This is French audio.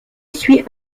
suit